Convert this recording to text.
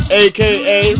aka